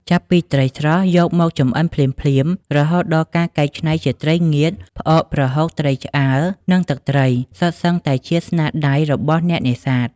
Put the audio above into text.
ចាប់ពីត្រីស្រស់យកមកចម្អិនភ្លាមៗ រហូតដល់ការកែច្នៃជាត្រីងៀត ផ្អក ប្រហុក ត្រីឆ្អើរ និងទឹកត្រី សុទ្ធសឹងតែជាស្នាដៃរបស់អ្នកនេសាទ។